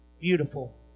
Beautiful